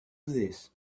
this